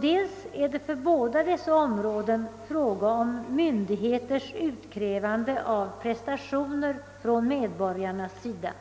dels är det för båda dessa områden fråga om myn digheters utkrävande av prestationer från medborgarnas sida.